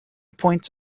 points